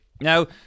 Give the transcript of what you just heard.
Now